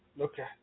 Okay